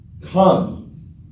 Come